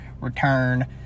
return